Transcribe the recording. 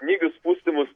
snygius pustymus